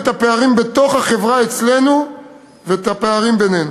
את הפערים בתוך החברה אצלנו ואת הפערים בינינו.